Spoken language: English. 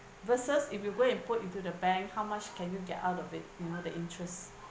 versus if you go and put into the bank how much can you get out of it you know the interest